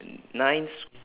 nine s~